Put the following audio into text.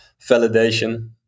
validation